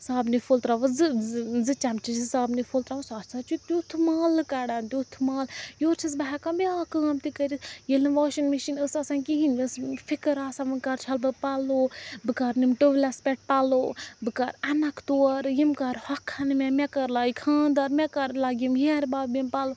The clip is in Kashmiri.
صابنہِ پھوٚل ترٛاوہوس زٕ زٕ زٕ چمچہٕ زٕ صابنہِ پھوٚل ترٛاوہوس سُہ ہَسا چھُ تیٛتھ مل کَڑان تیٛتھ مل یورٕ چھیٚس بہٕ ہیٚکان بیٛاکھ کٲم تہِ کٔرِتھ ییٚلہِ نہٕ واشنٛگ مِشیٖن ٲس آسان کِہیٖنۍ مےٚ ٲس فکر آسان وۄنۍ کَر چھَلہٕ بہٕ پَلوٚو بہٕ کَرٕ نِم ٹُویٚلس پٮ۪ٹھ پَلوٚو بہٕ کَر اَنَکھ تورٕ یِم کَر ہۄکھیٚن مےٚ مےٚ کٔر لاگہِ خانٛدار مےٚ کَر لاگہِ یِم ہیرٕباب یِم پَلوٚو